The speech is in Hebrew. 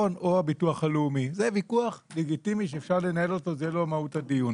פיצוץ חבלני זה לא קרב וזה עדיין מביא לתגובות פוסט טראומטיות.